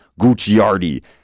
Gucciardi